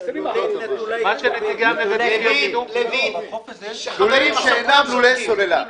חברים, מה שנציגי --- לולים שאינם לולי סוללה.